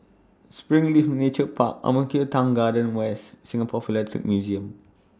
Springleaf Nature Park Ang Mo Kio Town Garden West Singapore Philatelic Museum